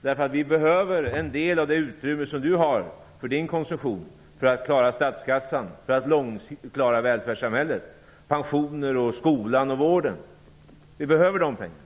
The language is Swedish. med. Vi behöver en del av det utrymme som du har för din konsumtion för att klara statskassan och för att långsiktigt klara välfärdssamhället, pensioner, skolan och vården. Vi behöver de pengarna."